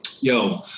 Yo